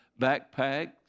backpacks